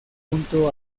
junto